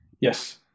Yes